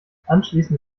anschließend